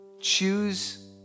choose